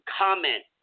comment